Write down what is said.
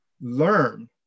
learn